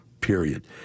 period